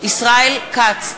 ישראל כץ,